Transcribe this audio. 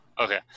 Okay